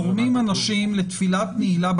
זורמים אנשים לתפילת נעילה,